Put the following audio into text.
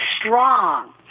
strong